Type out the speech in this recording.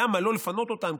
למה לא לפנות אותם,